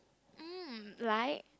mm like